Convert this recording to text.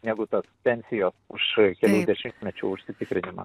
negu tas pensijos už penkiasdešimtmečio užsitikrinimą